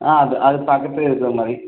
ஆ அது அதுக்குப் பக்கத்துலேயே இருக்கிற மாதிரி